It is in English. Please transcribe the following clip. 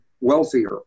wealthier